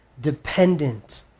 dependent